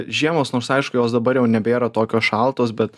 žiemos nors aišku jos dabar jau nebėra tokios šaltos bet